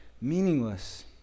meaningless